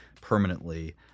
permanently